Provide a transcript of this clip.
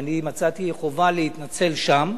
ואני מצאתי חובה להתנצל שם,